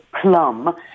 plum